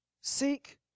Seek